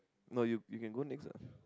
no you you can go next ah